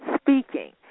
speaking